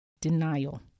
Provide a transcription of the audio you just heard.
Denial